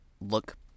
look